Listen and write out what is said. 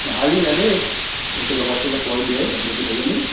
हाली हले हिकु हिकु दफ़ो अचे त पोइ वरी ॿीहर लिंक ठही वेंदी न